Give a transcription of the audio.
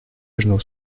южного